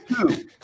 Two